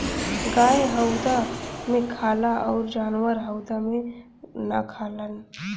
गाय हउदा मे खाला अउर जानवर हउदा मे ना खालन